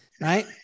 right